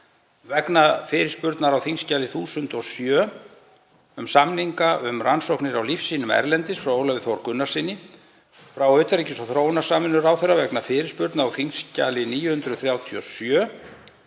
vegna fyrirspurnar á þskj. 1007, um samninga um rannsóknir á lífsýnum erlendis, frá Ólafi Þór Gunnarssyni. Frá utanríkis- og þróunarsamvinnuráðherra vegna fyrirspurna á þskj. 937,